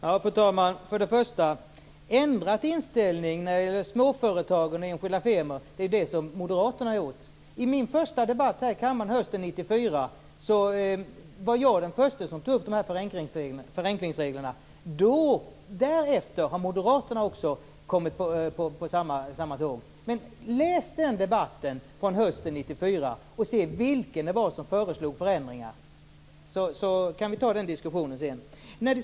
Fru talman! För det första är det Moderaterna som har ändrat inställning när det gäller småföretagen och enskilda firmor. I min första debatt här i kammaren hösten 1994 var jag den första som tog upp dessa förenklingsregler. Därefter har Moderaterna också kommit med på samma tåg. Men läs den debatten från hösten 1994 och se vem det var som föreslog förändringar! Då kan vi ta den diskussionen sedan.